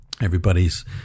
everybody's